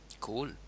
Cool